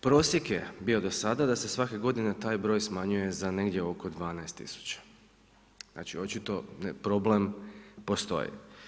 Prosjek je bio do sada da se svake godine taj broj smanjuje za negdje oko 12 tisuća, znači očito problem postoji.